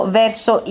verso